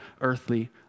earthly